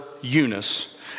Eunice